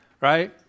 right